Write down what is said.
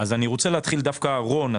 אני רוצה להתחיל דווקא מרון,